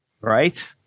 right